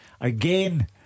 again